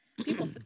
People